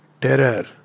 terror